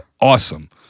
awesome